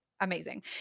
amazing